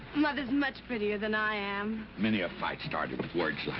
mother's much prettier than i am. many a fight's started with words